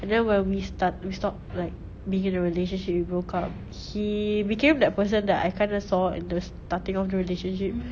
and then when we start we stop like being in a relationship we broke up he became that person that I kinda saw in the starting of the relationship